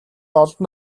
олон